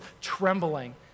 trembling